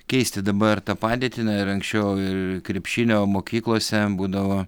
keisti dabar tą padėtį ir anksčiau ir krepšinio mokyklose būdavo